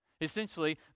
Essentially